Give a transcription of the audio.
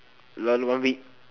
round one week